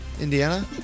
Indiana